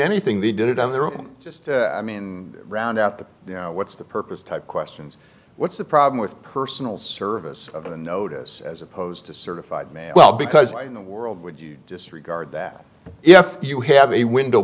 anything they did it on their own just i mean round out the what's the purpose type questions what's the problem with personal service of a notice as opposed to certified mail well because in the world would you just regard that if you have a window